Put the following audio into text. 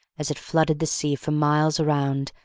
as it flooded the sea for miles around,